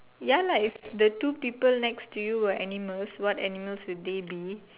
ya lah if the two people next to you were animals what animals would they be